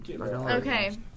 Okay